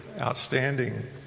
outstanding